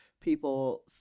people